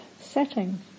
setting